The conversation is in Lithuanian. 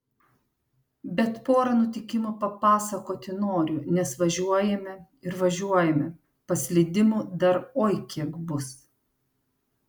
bet porą nutikimų papasakoti noriu nes važiuojame ir važiuojame paslydimų dar oi kiek bus